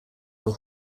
were